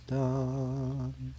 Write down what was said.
done